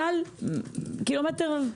טל, קילומטר ו-?